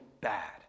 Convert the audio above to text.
bad